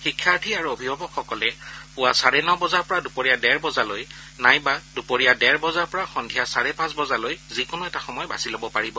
শিক্ষাৰ্থী আৰু অভিভাৱকসকলে পুৱা চাৰে ন বজাৰ পৰা দুপৰীয়া ডেৰ বজালৈ নাইবা দুপৰীয়া ডেৰ বজাৰ পৰা সদ্ধিয়া চাৰে পাঁচ বজালৈ যিকোনো এটা সময় বাচি লব পাৰিব